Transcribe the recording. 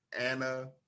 Anna